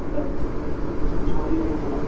hello आं नै दखानआव